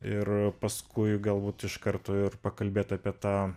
ir paskui galbūt iš karto ir pakalbėt apie tą